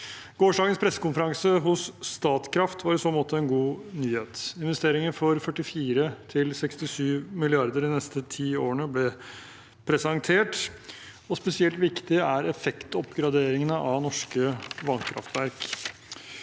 Gårsdagens pressekonferanse hos Statkraft var i så måte en god nyhet. Investeringer for 44–67 mrd. kr de neste ti årene ble presentert, og spesielt viktig er effektoppgraderingene av norske vannkraftverk.